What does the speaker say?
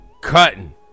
Cutting